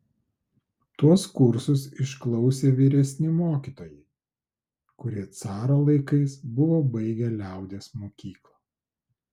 tuos kursus išklausė vyresni mokytojai kurie caro laikais buvo baigę liaudies mokyklą